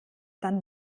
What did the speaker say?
dann